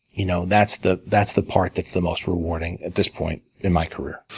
you know that's the that's the part that's the most rewarding at this point in my career.